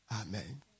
Amen